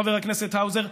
חבר הכנסת האוזר,